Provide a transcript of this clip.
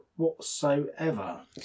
whatsoever